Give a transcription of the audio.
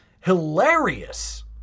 hilarious